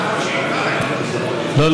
לא,